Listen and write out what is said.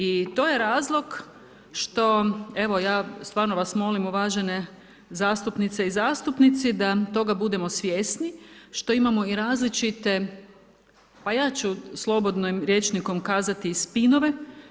I to je razlog što evo ja stvarno vas molim uvažene zastupnice i zastupnici da toga budemo svjesni što imamo i različite, pa ja ću slobodnim rječnikom kazati i spinove.